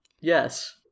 yes